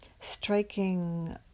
striking